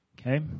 okay